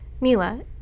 Mila